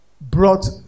brought